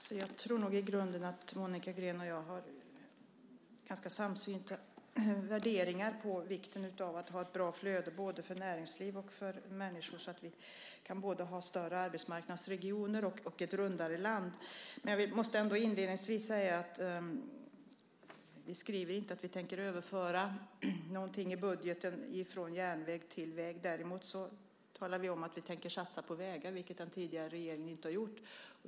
Herr talman! Jag tror nog att Monica Green och jag i grunden har ganska samsynta värderingar när det gäller vikten av att ha ett bra flöde både för näringsliv och för människor så att vi kan ha både större arbetsmarknadsregioner och ett rundare land. Inledningsvis måste jag ändå säga att vi i budgeten inte skriver att vi tänker överföra någonting från järnväg till väg. Däremot talar vi om att vi tänker satsa på vägar, vilket den tidigare regeringen inte har gjort.